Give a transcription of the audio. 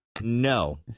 no